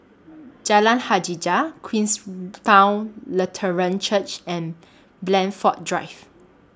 Jalan Hajijah Queenstown Lutheran Church and Blandford Drive